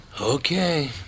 Okay